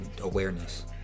awareness